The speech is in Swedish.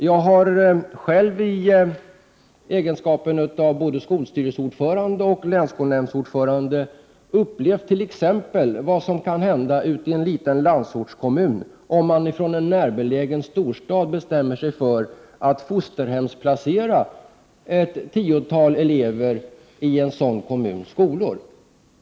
Jag har själv i egenskap av både skolstyrelseordförande och länsskolnämndsordförande upplevt t.ex. vad som kan hända ute i en liten landsortskommun, om man från en närbelägen storstad bestämmer sig för att fosterhemsplacera ett tiotal elever i en sådan kommuns skolor.